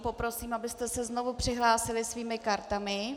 Poprosím, abyste se znovu přihlásili svými kartami.